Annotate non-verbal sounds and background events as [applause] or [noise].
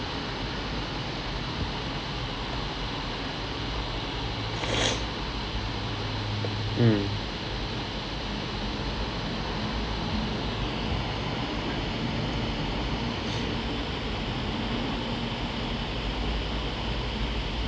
[noise] mm